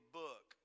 book